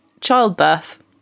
childbirth